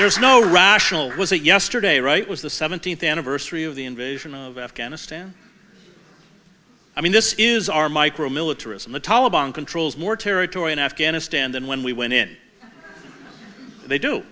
there is no rational was a yesterday right was the seventeenth anniversary of the invasion of afghanistan i mean this is our micro militarism the taliban controls more territory in afghanistan than when we went in they do